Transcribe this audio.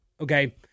okay